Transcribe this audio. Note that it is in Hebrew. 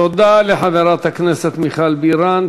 תודה לחברת הכנסת מיכל בירן.